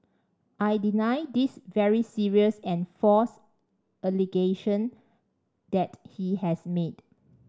I deny this very serious and false allegation that he has made